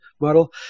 model